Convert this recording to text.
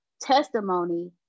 testimony